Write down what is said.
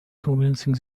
convincing